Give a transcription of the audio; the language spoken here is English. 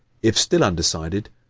if still undecided,